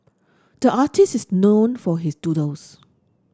the artist is known for his doodles